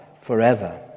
forever